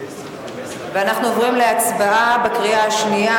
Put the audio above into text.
אנחנו עוברים להצבעה בקריאה שנייה,